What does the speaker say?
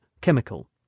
chemical